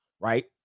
Right